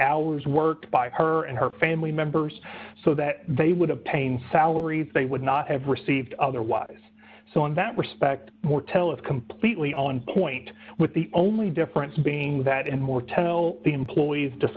hours worked by her and her family members so that they would have pain salaries they would not have received otherwise so in that respect mortel is completely on point with the only difference being that and more tell the employees